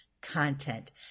content